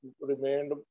remained